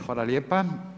Hvala lijepa.